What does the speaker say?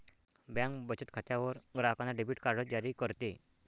bank बचत खात्यावर ग्राहकांना डेबिट कार्ड जारी करते